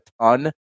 ton